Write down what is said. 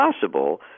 possible